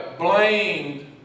blamed